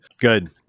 good